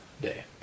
day